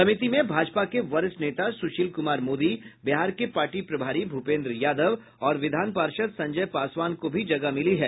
समिति में भाजपा के वरिष्ठ नेता सुशील कुमार मोदी बिहार के पार्टी प्रभारी भूपेन्द्र यादव और विधान पार्षद संजय पासवान को भी जगह मिली है